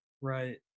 Right